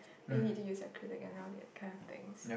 then you need to use acrylic and all that kind of things